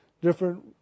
different